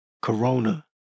corona